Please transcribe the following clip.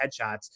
headshots